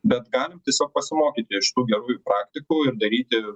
bet galim tiesiog pasimokyti iš tų gerųjų praktikų ir daryti